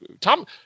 Tom